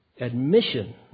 admission